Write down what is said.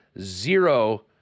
zero